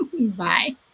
Bye